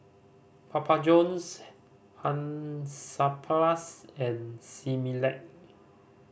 Papa Johns Hansaplast and Similac